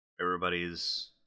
Everybody's